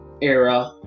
era